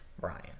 Brian